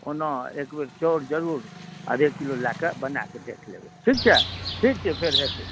ओना एकबेर चाउर जरूर आधे किलो लऽ कऽ बनाकऽ देख लेबै ठीक छै ठीक छै फेर हेतै